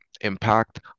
impact